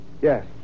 Yes